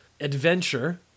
adventure